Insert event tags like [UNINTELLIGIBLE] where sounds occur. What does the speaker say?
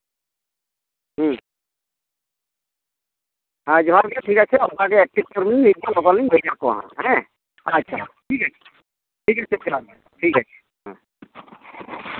ᱦᱩᱸ ᱦᱮᱸ ᱡᱚᱦᱟᱨ ᱜᱮ ᱴᱷᱤᱠ ᱟᱪᱷᱮ ᱚᱱᱠᱟ ᱜᱮ ᱮᱠᱴᱤᱵᱷ ᱠᱚᱨᱢᱤ ᱟᱹᱞᱤᱧ ᱞᱚᱜᱚᱱᱞᱤᱧ ᱵᱷᱮᱡᱟ ᱠᱚᱣᱟ ᱦᱟᱸᱜ ᱦᱮᱸ ᱟᱪᱪᱷᱟ ᱴᱷᱤᱠ ᱟᱪᱷᱮ [UNINTELLIGIBLE] ᱴᱷᱤᱠ ᱟᱪᱷᱮ